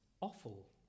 awful